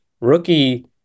rookie